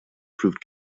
proved